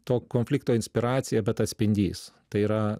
to konflikto inspiracija bet atspindys tai yra